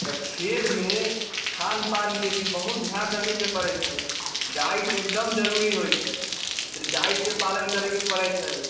तऽ खेल मे खान पान के भी बहुत ध्यान रखै के परै छै डाइट एकदम जरुरी होइ छै डाइट के पालन करै के परै छै